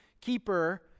keeper